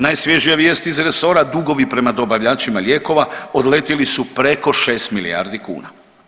Najsvježija vijest iz resora dugovi prema dobavljačima lijekova odletjeli su preko 6 milijardi kuna.